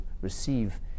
receive